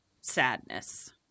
sadness